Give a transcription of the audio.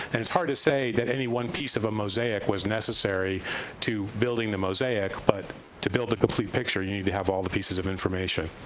and it's hard to say that any one piece of a mosaic was necessary to building the mosaic, but to build the complete picture, you need to have all the pieces of information.